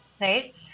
right